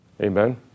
Amen